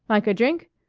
like a drink?